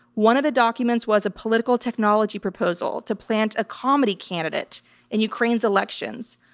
one of the documents was a political technology proposal to plant a comedy candidate in ukraine's elections,